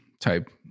type